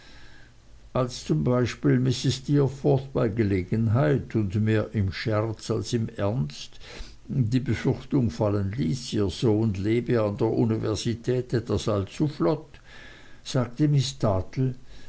als zum beispiel mrs steerforth bei gelegenheit und mehr im scherz als im ernst die befürchtung fallen ließ ihr sohn lebe an der universität etwas allzu flott sagte miß dartle